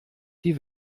die